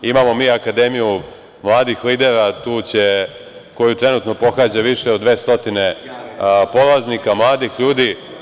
Imamo mi akademiju mladih lidera, koju trenutno pohađa više od 200 polaznika, mladih ljudi.